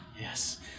yes